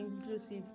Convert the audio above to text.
inclusive